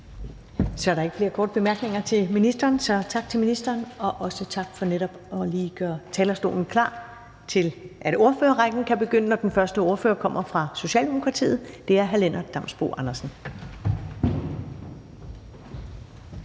Der er ikke flere korte bemærkninger til ministeren, så tak til ministeren, og også tak for netop lige at gøre talerstolen klar til, at ordførerrækken kan begynde, og den første ordfører kommer fra Socialdemokratiet, og det er hr. Lennart Damsbo-Andersen.